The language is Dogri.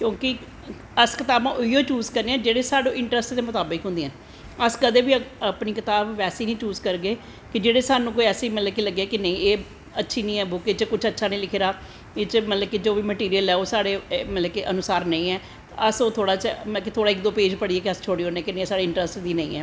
क्योंकि अस कताबां उऐ चूज करनें आं जेह्ड़ियां साढ़े इंट्रस्ट दे मताविक होंदियां न अस कदैं बी अपनी कताब बैसी नी चूज़ करगे जेह्ड़ी साह्नू ऐसी लग्गै कि नेंई अच्छी नी ऐ बुक्क एह्दे च कुश अच्छा नी लिखे दा ऐ एह्दे च जेह्ड़ा बी मैटिरियल ऐ मतलव कि ओह् साढ़े अनुसार नेंई ऐ अस ओह् मतलव कि इक दो पेज़ पढ़ियै गै अस छोड़ी ओड़नें गी साढ़ा इंट्रस्ट गै नी ऐ